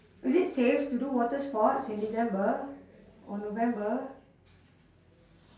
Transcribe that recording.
is it safe to do water sports in december or november